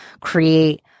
create